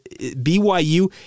BYU